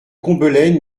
combelaine